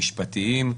חשבון.